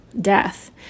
Death